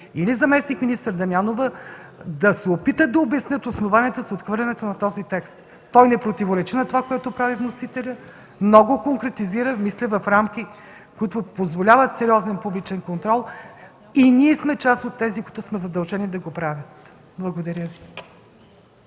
заместник-министър Дамянова да се опита да обясни основанията за отхвърлянето на този текст. Той не противоречи на това, което прави вносителят, но го конкретизира в рамки, които позволяват сериозен публичен контрол, а ние сме част от тези, които сме задължени да го правим. Благодаря.